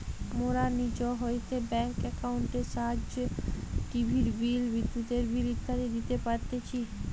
মোরা নিজ হইতে ব্যাঙ্ক একাউন্টের সাহায্যে টিভির বিল, বিদ্যুতের বিল ইত্যাদি দিতে পারতেছি